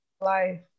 life